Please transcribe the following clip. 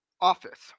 Office